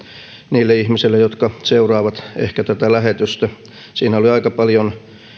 niille ihmisille jotka seuraavat ehkä tätä lähetystä siinä oli aika paljon